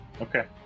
Okay